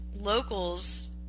locals